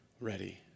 ready